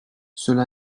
cela